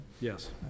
Yes